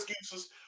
excuses